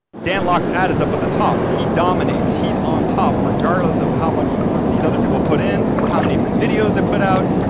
dan lok's ad is up at the top. he dominates. he's on top. regardless of how much work these other people put in, how many videos they put out,